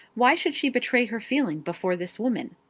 why should she betray her feeling before this woman?